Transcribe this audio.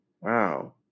Wow